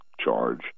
charge